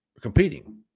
competing